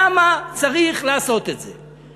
למה צריך לעשות את זה?